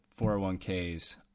401ks